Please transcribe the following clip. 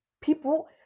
people